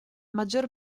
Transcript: maggior